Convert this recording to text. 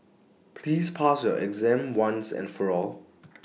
please pass your exam once and for all